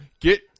get